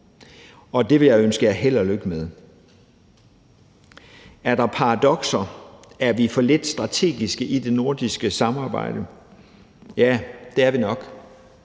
Det vil jeg ønske jer held og lykke med. Er der paradokser, og er vi for lidt strategiske i det nordiske samarbejde? Ja, det er vi nok.